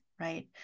Right